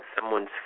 someone's